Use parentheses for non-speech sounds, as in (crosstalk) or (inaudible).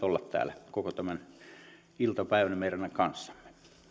(unintelligible) olla täällä koko tämän iltapäivän meidän kanssamme